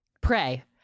pray